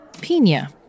Pina